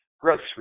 grocery